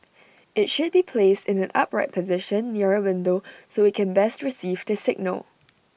IT should be placed in an upright position near A window so IT can best receive the signal